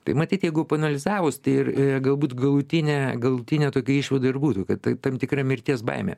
tai matyt jeigu paanalizavus tai ir galbūt galutinė galutinė tokia išvada ir būtų kad tai tam tikra mirties baimė